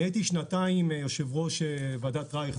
אני הייתי שנתיים יושב-ראש ועדת רייך,